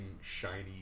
shiny